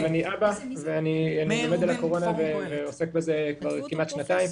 אבל אני אבא ולומר על הקורונה ועוסק בזה כמעט שנתיים.